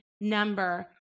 number